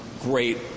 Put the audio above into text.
great